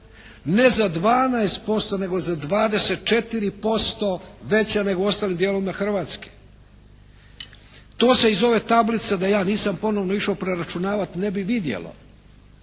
ne za 12%, nego za 24% veća nego u ostalim dijelovima Hrvatske. To se iz ove tablice da ja nisam ponovno nisam išao preračunavati ne bi vidjelo.